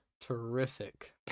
terrific